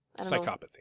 Psychopathy